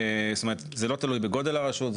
זאת אומרת זה לא תלוי בגודל הרשות.